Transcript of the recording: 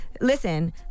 Listen